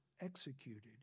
executed